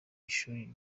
ishuri